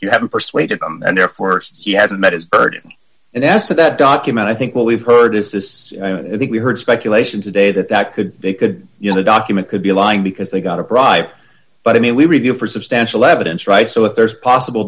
you haven't persuaded them and therefore he hasn't met his burden and as to that document i think what we've heard is this i think we heard speculation today that that could they could you know document could be lying because they got a bribe but i mean we review for substantial evidence right so if there's possible